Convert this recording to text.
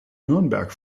nürnberg